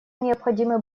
необходимы